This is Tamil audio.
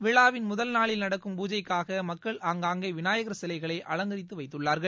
விழாவின் முதல் நாளில் நடக்கும் பூஜைக்காக மக்கள் ஆங்காங்கே விநாயகள் சிலைகளை அலங்கரித்து வைத்துள்ளார்கள்